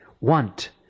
want